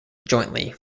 jointly